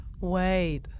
Wait